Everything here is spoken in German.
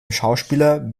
schauspieler